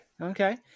okay